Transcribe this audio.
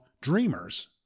dreamers